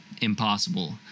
impossible